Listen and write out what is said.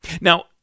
Now